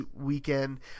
weekend